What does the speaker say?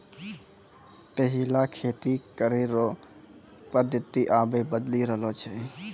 पैहिला खेती करै रो पद्धति आब बदली रहलो छै